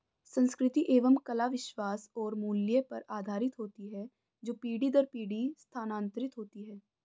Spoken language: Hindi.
संस्कृति एवं कला विश्वास और मूल्य पर आधारित होती है जो पीढ़ी दर पीढ़ी स्थानांतरित होती हैं